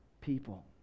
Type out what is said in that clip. people